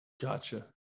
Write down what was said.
Gotcha